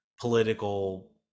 political